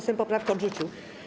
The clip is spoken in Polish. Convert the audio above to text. Sejm poprawkę odrzucił.